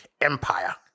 empire